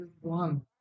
One